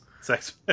sex